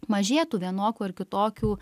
mažėtų vienokių ar kitokių